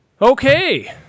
Okay